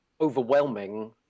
overwhelming